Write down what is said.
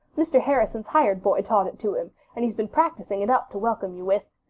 mr. harrison's hired boy taught it to him, and he's been practicing it up to welcome you with.